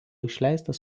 išleistas